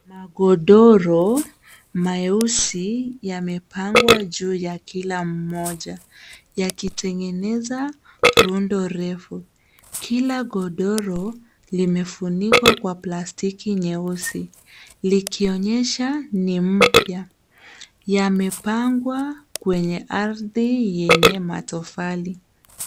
Magodoro meusi yamepangwa juu ya kila mmoja, yakitengeneza rundo refu. Kila godoro, limefunikwa kwa plastiki nyeusi, likionyesha ni mpya. Yamepangwa kwenye ardhi yenye matofali.